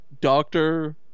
doctor